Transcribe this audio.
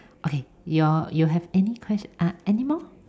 okay your you have any quest~ err anymore